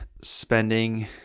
spending